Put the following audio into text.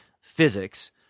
physics